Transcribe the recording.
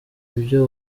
ibyo